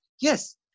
Yes